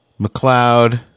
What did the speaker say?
McLeod